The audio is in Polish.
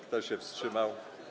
Kto się wstrzymał?